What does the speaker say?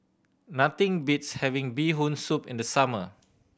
nothing beats having Bee Hoon Soup in the summer